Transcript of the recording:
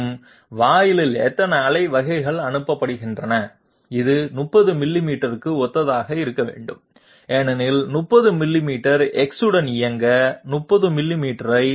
மற்றும் வாயிலில் எத்தனை அலை வகைகள் அனுப்பப்படுகின்றன இது 30 மில்லிமீட்டருக்கு ஒத்ததாக இருக்க வேண்டும் ஏனெனில் 30 மில்லிமீட்டர் X உடன் இயக்கம் 30 மில்லிமீட்டரை 0